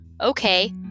Okay